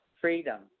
freedom